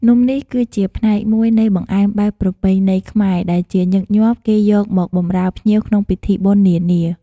នំនេះគឺជាផ្នែកមួយនៃបង្អែមបែបប្រពៃណីខ្មែរដែលជាញឹកញាប់គេយកមកបម្រើភ្ញៀវក្នុងពិធីបុណ្យនាៗ។